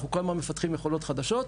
אנחנו כל הזמן מפתחים יכולות חדשות,